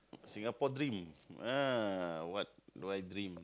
Singapore dream ah what why dream